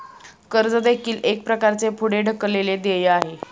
कर्ज देखील एक प्रकारचे पुढे ढकललेले देय आहे